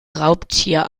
raubtier